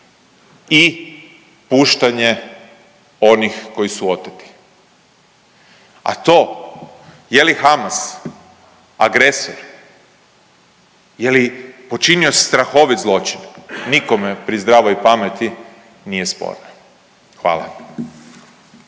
i puštanje onih koji su oteti. A to je li Hamas agresor, je li počinio strahovit zločin, nikome pri zdravoj pameti nije sporno. Hvala.